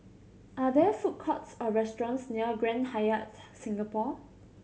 are there food courts or restaurants near Grand Hyatt Singapore